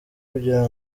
kugira